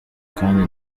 kandi